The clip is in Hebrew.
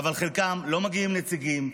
אבל מחלקם לא מגיעים נציגים,